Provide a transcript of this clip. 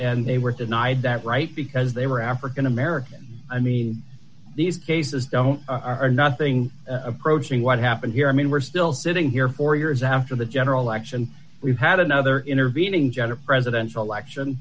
and they were denied that right because they were african american i mean these cases don't are nothing approaching what happened here i mean we're still sitting here four years after the general election we've had another intervening jennifer presidential election